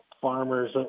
farmers